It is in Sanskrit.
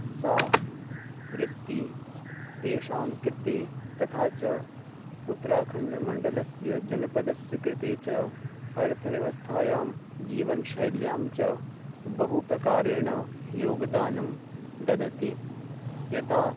सा वृत्तिः तेषां कृते तथा च उत्तराखण्डमण्डलस्य जनपदस्य कृते च अर्थव्यवस्थायां जीवनशैल्यां च बहु प्रकारेण योगदानं ददाति यथा